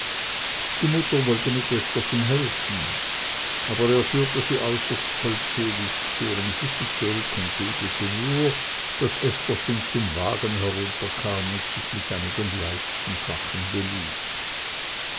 die mutter wollte mit estherchen helfen aber er führte sie äußerst holdselig zu ihrem sitze zurück und duldete nur daß estherchen zum wagen herunterkam und sich mit einigen leichten sachen